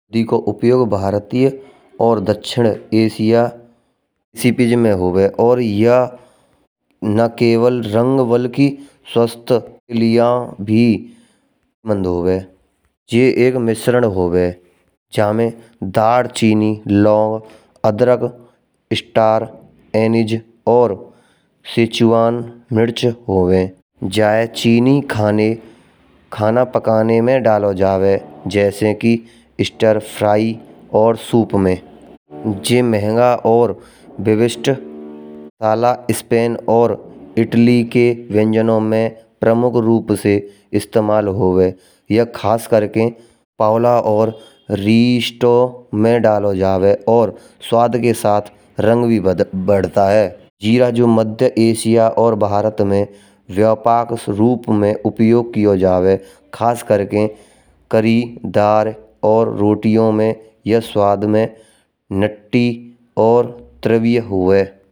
दही का उपयोग भारतीय और दक्षिण एशिया सिपीज में होवे। और या ना केवल रंग बल्कि स्वास्थ्य लिया भी बंद होवे। यह एक मिश्रण होवे। जामे दाढ़, चीनी लौंग और अदरक स्टार्च, अनीस और सिचुवान मिर्च होवे। जाय चीनी खाने पकाने में डालो जावे। जैसे कि स्टार फ्राई और सूपन में। जे महंगो और विशिष्ट वाला स्पेन और इटली के व्यंजनों में प्रमुख रूप से इस्तमाल होवे। यह खास करके पावला और रिस्टोर में डालो जावे और स्वाद के साथ रंग भी बदलता है। जीरा जो मध्य एशिया और भारत में व्यापक रूप में उपयोग कियो जावे। खासकर के कारी दार और रोटियों में यह स्वाद में नत्ती और द्रव्य हुए।